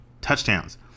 touchdowns